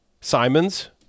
Simon's